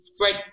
right